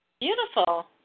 Beautiful